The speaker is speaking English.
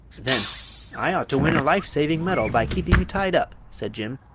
then i ought to win a life-saving medal by keeping you tied up, said jim.